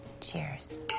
Cheers